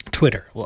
Twitter